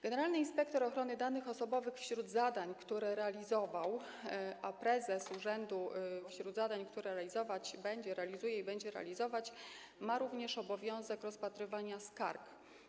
Generalny inspektor ochrony danych osobowych wśród zadań, które realizował, a prezes urzędu wśród zadań, które realizuje i będzie realizować, ma również obowiązek rozpatrywania skarg.